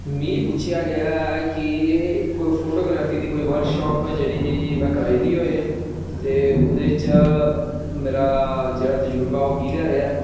मिगी पुच्छेआ गेआ कि जेह्की फोटोग्राफी दी कोई वर्कशाप जेह्ड़ी में कराई दी होऐ ते ओह्दे च मेरा जेह्ड़ा तजुर्बा ओह् कनेहा रेहा ऐ